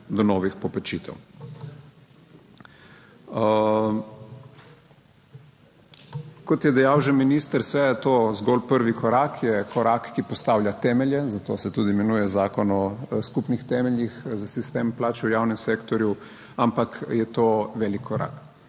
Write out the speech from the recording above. do novih poplačitev. A kot je dejal že minister, seveda je to zgolj prvi korak. Je korak, ki postavlja temelje, zato se tudi imenuje Zakon o skupnih temeljih za sistem plač v javnem sektorju, ampak je to velik korak.